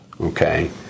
Okay